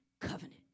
covenant